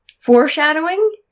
foreshadowing